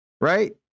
Right